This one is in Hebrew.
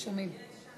שומעים.